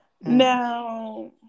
now